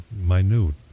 minute